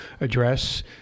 address